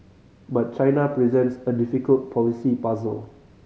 but China presents a difficult policy puzzle